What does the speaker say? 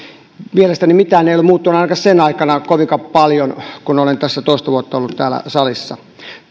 mielestäni mikään ei ole muuttunut ainakaan sinä aikana kovinkaan paljon kun olen tässä toista kautta ollut täällä salissa